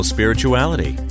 Spirituality